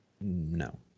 no